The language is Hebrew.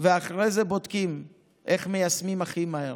ואחרי זה בודקים איך מיישמים הכי מהר.